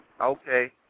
Okay